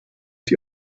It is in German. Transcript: die